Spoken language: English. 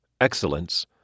excellence